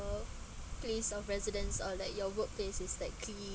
place of residents or like your workplace is like cleaned